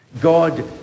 God